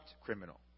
criminal